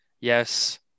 yes